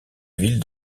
ville